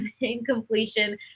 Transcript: incompletion